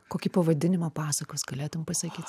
kokį pavadinimą pasakos galėtum pasakyt